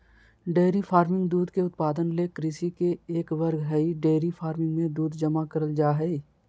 dairy farming दूध के उत्पादन ले कृषि के एक वर्ग हई डेयरी फार्मिंग मे दूध जमा करल जा हई